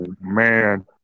man